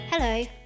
Hello